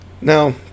Now